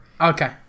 okay